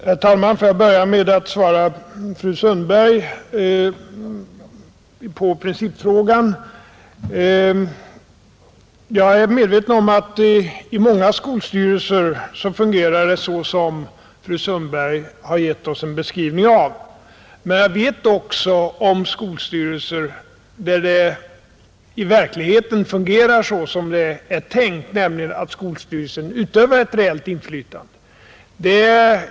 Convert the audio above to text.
Herr talman! Jag vill börja med att svara på fru Sundbergs principfråga. Jag är medveten om att detta i många skolstyrelser fungerar så som fru Sundberg här har givit oss en beskrivning av, men jag känner också till skolstyrelser där det i verkligheten fungerar så som det är tänkt, nämligen att skolstyrelsen utövar reellt inflytande.